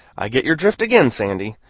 i get your drift again, sandy.